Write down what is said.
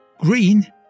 green